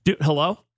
Hello